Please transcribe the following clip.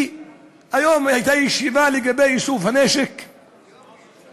היום הייתה ישיבה לגבי איסוף הנשק הבלתי-חוקי.